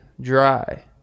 dry